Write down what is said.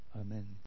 Amen